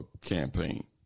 Campaign